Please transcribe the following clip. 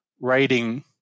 writing